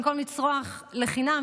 במקום לצרוח לחינם,